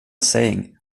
saying